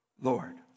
Lord